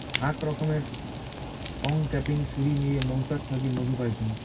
আক রকমের অংক্যাপিং ছুরি নিয়ে মৌচাক থাকি মধু পাইচুঙ